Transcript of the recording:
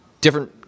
different